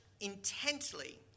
intently